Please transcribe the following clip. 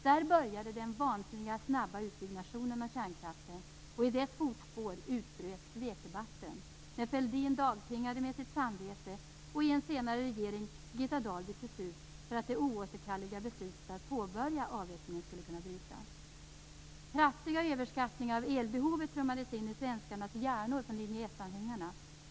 Där började den vansinniga snabba utbyggnaden av kärnkraften och i dess fotspår utbröt svekdebatten när Fälldin dagtingade med sitt samvete och när Birgitta Dahl i en senare regering byttes ut för att det "oåterkalleliga" beslutet att påbörja avvecklingen skulle kunna brytas. Kraftiga överskattningar av elbehovet trummades in i svenskarnas hjärnor från linje 1-anhängarna.